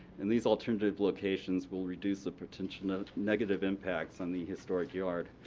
and these alternative locations will reduce the potential negative impacts on the historic yard,